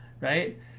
right